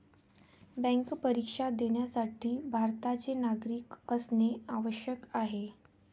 bank परीक्षा देण्यासाठी भारताचे नागरिक असणे आवश्यक आहे